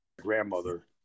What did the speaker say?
grandmother